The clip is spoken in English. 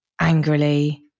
angrily